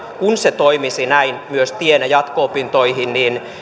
se toimisi näin tienä jatko opintoihin